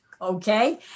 Okay